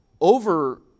over